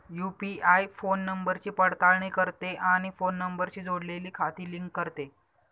UPI phone नंबरची पडताळणी करते आणि फोन नंबरशी जोडलेली खाती लिंक करते